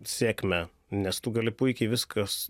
sėkmę nes tu gali puikiai viskas